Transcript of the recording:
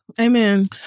Amen